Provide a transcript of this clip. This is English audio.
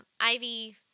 Ivy